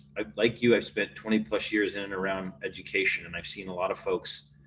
i'd like you. i spent twenty plus years in and around education, and i've seen a lot of folks.